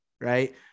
Right